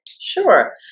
Sure